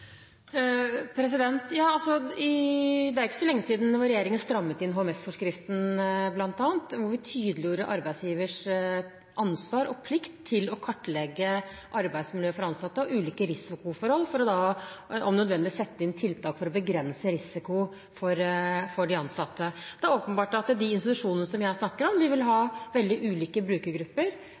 Det er jo ikke så lenge siden regjeringen strammet inn bl.a. HMS-forskriften, hvor vi tydeliggjorde arbeidsgivers ansvar og plikt til å kartlegge arbeidsmiljøet for ansatte og ulike risikoforhold, for da om nødvendig sette inn tiltak for å begrense risikoen for de ansatte. Det er åpenbart at de institusjonene som jeg snakker om, vil ha veldig ulike brukergrupper,